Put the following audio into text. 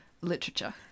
literature